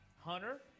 Hunter